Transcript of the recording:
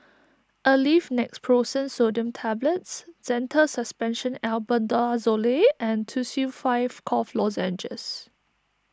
Aleve Naproxen Sodium Tablets Zental Suspension Albendazole and Tussils five Cough Lozenges